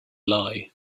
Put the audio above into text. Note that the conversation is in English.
lie